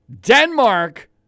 Denmark